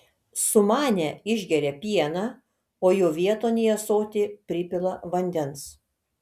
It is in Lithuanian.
sumanę išgeria pieną o jo vieton į ąsotį pripila vandens